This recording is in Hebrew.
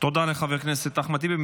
תודה לחבר הכנסת אחמד טיבי.